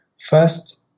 First